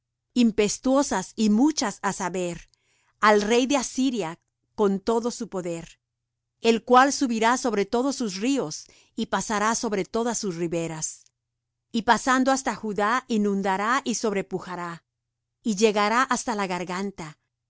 impetuosas y muchas á saber al rey de asiria con todo su poder el cual subirá sobre todos sus ríos y pasará sobre todas sus riberas y pasando hasta judá inundará y sobrepujará y llegará hasta la garganta